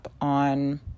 on